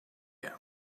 gown